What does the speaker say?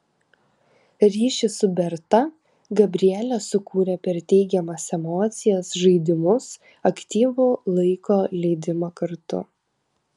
ryšį su berta gabrielė sukūrė per teigiamas emocijas žaidimus aktyvų laiko leidimą kartu